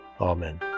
Amen